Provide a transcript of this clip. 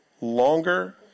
Longer